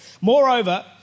Moreover